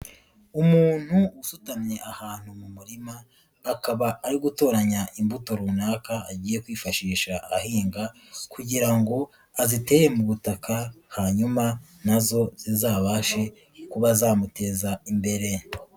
Umuntu usutamye ahantu mu murima akaba ari gutoranya imbuto runaka agiye kwifashisha ahinga kugira ngo azitere mu butaka hanyuma na zo zizabashe kuba zamuteza imbere.